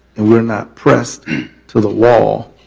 and we are not pressed to the wall,